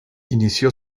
inició